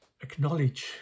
acknowledge